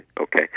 okay